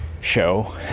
show